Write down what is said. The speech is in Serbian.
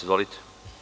Izvolite.